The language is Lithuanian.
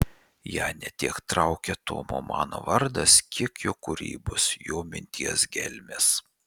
ją ne tiek traukia tomo mano vardas kiek jo kūrybos jo minties gelmės